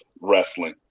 wrestling